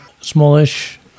smallish